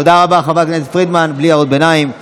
תודה, חברת הכנסת פרידמן, בלי הערות ביניים.